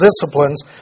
disciplines